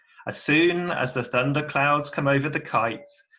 as soon as the thunder clouds come over the kite,